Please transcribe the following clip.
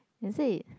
is it